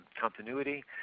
continuity